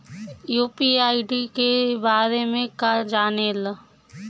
UPI ID के बारे में का जाने ल?